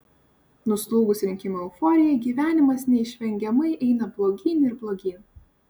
nuslūgus rinkimų euforijai gyvenimas neišvengiamai eina blogyn ir blogyn